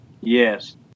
Yes